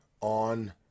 on